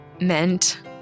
meant